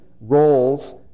roles